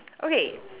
okay